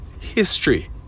history